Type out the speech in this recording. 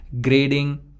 grading